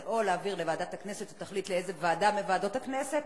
זה או להעביר לוועדת הכנסת שתחליט לאיזו ועדה מוועדות הכנסת,